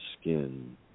skin